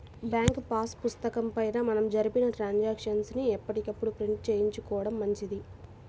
bank pass పుస్తకం పైన మనం జరిపిన ట్రాన్సాక్షన్స్ ని ఎప్పటికప్పుడు ప్రింట్ చేయించుకోడం మంచిది